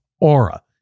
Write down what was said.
Aura